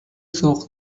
سوق